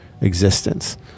existence